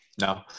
No